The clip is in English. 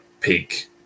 peak